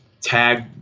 tag